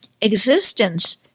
existence